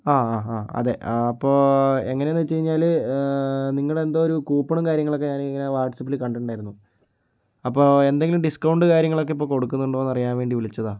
ആ ആ ആ അതെ അപ്പോൾ എങ്ങനെയെന്ന് വെച്ചുകഴിഞ്ഞാല് നിങ്ങളുടെ എന്തോ ഒരു കൂപ്പണും കാര്യങ്ങളും ഒക്കെ ഞാനിങ്ങനെ വാട്ട്സ്ആപ്പിൽ കണ്ടിട്ടുണ്ടായിരുന്നു അപ്പോൾ എന്തെങ്കിലും ഡിസ്കൗണ്ട് കാര്യങ്ങളൊക്കെ ഇപ്പോൾ കൊടുക്കുന്നുണ്ടോന്നറിയാന് വേണ്ടി വിളിച്ചതാണ്